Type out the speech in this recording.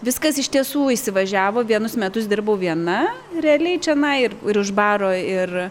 viskas iš tiesų įsivažiavo vienus metus dirbau viena realiai čianai ir ir už baro ir